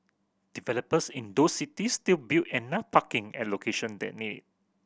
developers in those cities still build enough parking at location that need